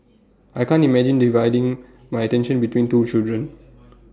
I can't imagine dividing my attention between two children